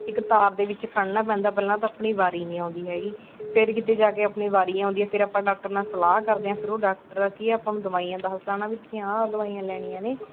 ਕਤਾਰ ਦੇ ਵਿੱਚ ਖੜ੍ਹਨਾ ਪੈਂਦਾ ਪਹਿਲਾਂ ਤਾਂ ਆਪਣੀ ਵਾਰੀ ਨਹੀਂ ਆਉਂਦੀ ਹੈਗੀ ਫਿਰ ਕਿਤੇ ਜਾ ਕੇ ਆਪਣੀ ਵਾਰੀ ਆਉਂਦੀ ਆ ਫਿਰ ਆਪਾਂ ਡਾਕਟਰ ਨਾਲ ਸਲਾਹ ਕਰਦੇ ਹਾਂ ਫਿਰ ਉਹ ਡਾਕਟਰ ਆ ਕੀ ਹੈ ਆਪਾਂ ਨੂੰ ਦਵਾਈਆਂ ਦੱਸਦਾ ਨਾ ਵੀ ਤੁਸੀਂ ਆਹ ਆਹ ਦਵਾਈਆਂ ਲੈਣੀਆਂ ਨੇ